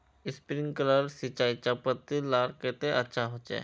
Sprinkler सिंचाई चयपत्ति लार केते अच्छा होचए?